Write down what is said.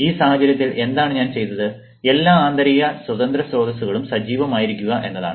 ഈ സാഹചര്യത്തിൽ എന്താണ് ഞാൻ ചെയ്തത് എല്ലാ ആന്തരിക സ്വതന്ത്ര സ്രോതസ്സുകളും സജീവമായിരിക്കുക എന്നതാണ്